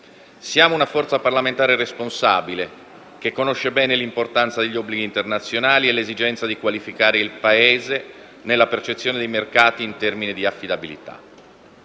Siamo una forza parlamentare responsabile, che conosce bene l'importanza degli obblighi internazionali e l'esigenza di qualificare il Paese nella percezione dei mercati in termini di affidabilità,